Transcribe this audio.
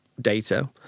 data